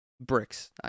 bricks